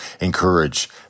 encourage